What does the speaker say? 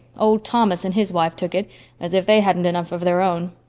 old thomas and his wife took it as if they hadn't enough of their own.